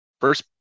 first